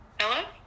Hello